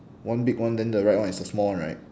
one big one then the right one is the small one right